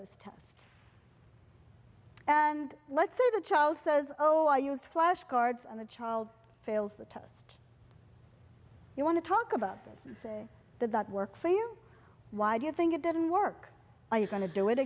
this test and let's say the child says oh i use flashcards and the child fails the test you want to talk about this and say that that works for you why do you think it didn't work are you going to do it